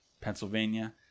Pennsylvania